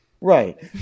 Right